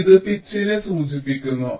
അതിനാൽ ഇത് പിച്ചിനെ സൂചിപ്പിക്കുന്നു